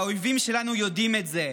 האויבים שלנו יודעים את זה.